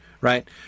Right